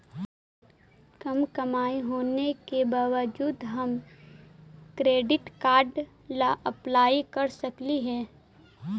कम कमाई होने के बाबजूद हम क्रेडिट कार्ड ला अप्लाई कर सकली हे?